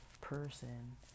person